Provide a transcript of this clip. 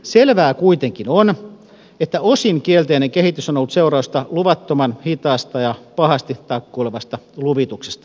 selvää kuitenkin on että osin kielteinen kehitys on ollut seurausta luvattoman hitaasta ja pahasti takkuilevasta luvituksesta